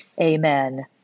amen